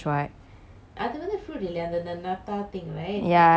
ya don't know what is lah ya